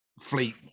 fleet